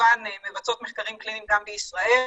כמובן מבצעות מחקרים קליניים גם בישראל,